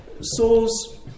Souls